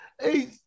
hey